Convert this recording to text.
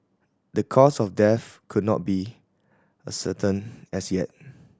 the cause of death could not be ascertained as yet